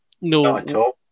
No